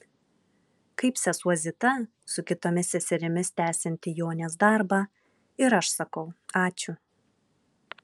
kaip sesuo zita su kitomis seserimis tęsianti jonės darbą ir aš sakau ačiū